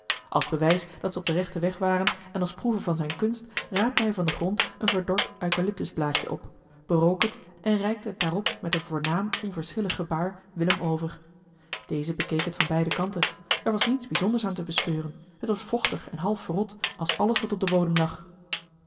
als bewijs dat ze op den rechten weg waren en als proeve van zijne kunst raapte hij van den grond een verdord eucalyptusblaadje op berook het en reikte het daarop met een voornaam onverschillig gebaar willem over deze bekeek het van beide kanten er was niets bijzonders aan te bespeuren het was vochtig en half verrot als alles wat op den bodem lag